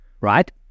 right